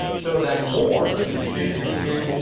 so that's more. so sixty two, sixty two,